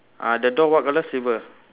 uh the door what colour silver